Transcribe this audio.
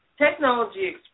Technology